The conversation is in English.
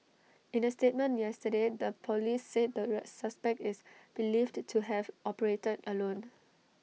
in A statement yesterday the Police said the re suspect is believed to have operated alone